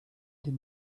did